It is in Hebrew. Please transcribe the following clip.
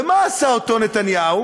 ומה עשה אותו נתניהו?